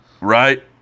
Right